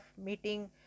meeting